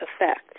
effect